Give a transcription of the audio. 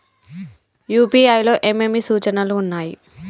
UPI లో ఏమేమి సూచనలు ఉన్నాయి?